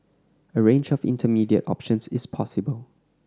a range of intermediate options is possible